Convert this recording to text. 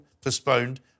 postponed